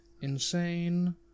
Insane